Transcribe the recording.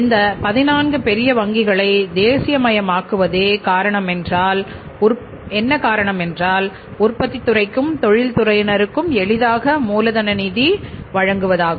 இந்த 14 பெரிய வங்கிகளை தேசியமயமாக்குவதே காரணம் என்னவென்றால் உற்பத்தித் துறைக்கும் தொழில்துறையினருக்கும் எளிதான மூலதன நிதி வழங்குவதாகும்